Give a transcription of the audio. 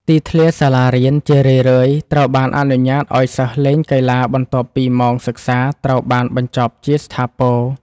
ទីធ្លាសាលារៀនជារឿយៗត្រូវបានអនុញ្ញាតឱ្យសិស្សលេងកីឡាបន្ទាប់ពីម៉ោងសិក្សាត្រូវបានបញ្ចប់ជាស្ថាពរ។